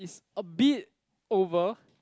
it's a bit over